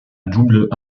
double